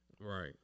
Right